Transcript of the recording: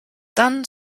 dann